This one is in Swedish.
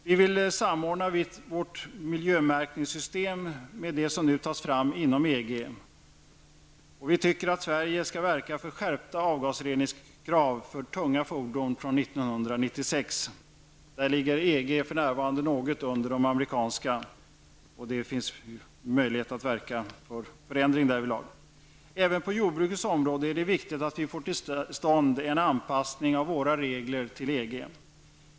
Vi vill samordna vårt miljömärkningssystem med det som nu tas fram inom EG. Vi tycker att Sverige skall verka för skärpta avgasreningskrav för tunga fordon från 1996. EGs krav är för närvarande något lägre än de amerikanska. Det finns möjlighet att verka för en förändring på detta. Även på jordbrukets område är det viktigt att vi får till stånd en anpassning av våra regler till dem inom EG.